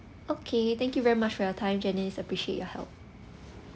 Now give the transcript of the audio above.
okay thank you very much for your time janice appreciate your help